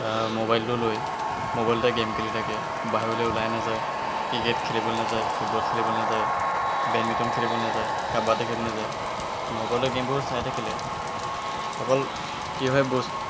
মোবাইলটো লৈ মোবাইলতে গেম খেলি থাকে বাহিৰলৈ ওলাই নাযায় ক্ৰিকেট খেলিবলৈ নাযায় ফুটবল খেলিবলৈ নাযায় বেডমিণ্টন খেলিবলৈ নাযায় কাবাডী খেলিবলৈ নাযায় মোবাইলৰ গেমবোৰ চাই থাকিলে অকল কি হয় বচ